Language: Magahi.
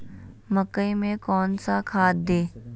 मकई में कौन सा खाद दे?